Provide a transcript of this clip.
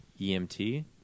EMT